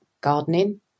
gardening